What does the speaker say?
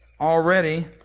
already